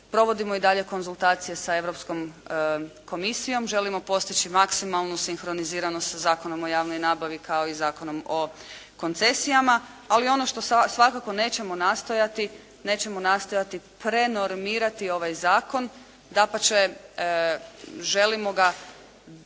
provodimo i dalje konzultacije sa Europskom komisijom, želimo postići maksimalnu sinhroniziranost sa Zakonom o javnoj nabavi kao i Zakonom o koncesijama. Ali ono što svakako nećemo nastojati, nećemo nastojati prenormirati ovaj zakon. Dapače, želimo ga